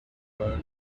pearl